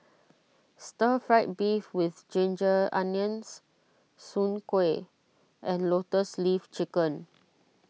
Stir Fried Beef with Ginger Onions Soon Kway and Lotus Leaf Chicken